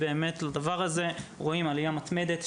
הם מי שאני באמת עובדת איתם.